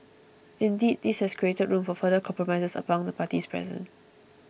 indeed this has created room for further compromises amongst the parties present